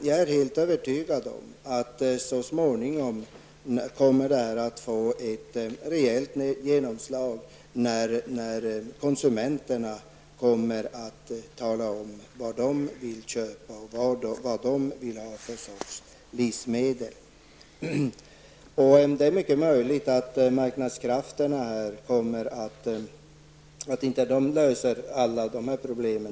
Jag är helt övertygad om att den ekologiska odlingen så småningom kommer att få ett rejält genomslag i och med att konsumenterna talar om vad de vill köpa och vad de vill ha för sorts livsmedel. Vi kan vara helt överens om att marknadskrafterna inte löser alla dessa problem.